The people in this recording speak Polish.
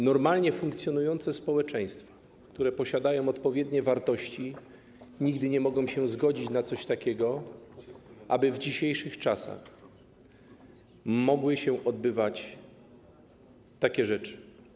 Normalnie funkcjonujące społeczeństwa, które wyznają odpowiednie wartości, nigdy nie mogą się zgodzić na coś takiego, aby w dzisiejszych czasach mogły się odbywać takie rzeczy.